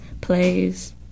plays